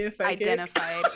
identified